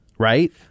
Right